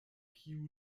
kiu